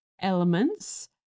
elements